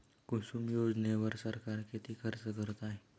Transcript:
कुसुम योजनेवर सरकार किती खर्च करत आहे?